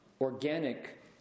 organic